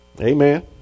Amen